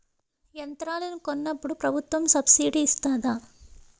యంత్రాలను కొన్నప్పుడు ప్రభుత్వం సబ్ స్సిడీ ఇస్తాధా?